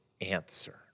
answer